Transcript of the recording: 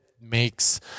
makes